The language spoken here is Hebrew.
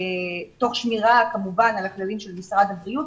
תוך שמירה כמובן על הכללים של משרד הבריאות,